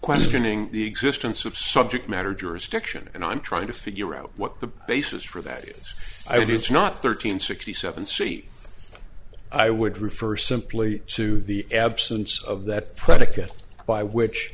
questioning the existence of subject matter jurisdiction and i'm trying to figure out what the basis for that is i would it's not thirteen sixty seven c i would refer simply to the absence of that predicate by which